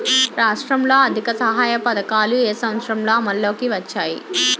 రాష్ట్రంలో ఆర్థిక సహాయ పథకాలు ఏ సంవత్సరంలో అమల్లోకి వచ్చాయి?